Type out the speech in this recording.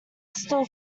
still